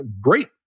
great